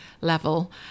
level